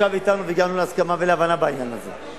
ישב אתנו והגענו להסכמה ולהבנה בעניין הזה.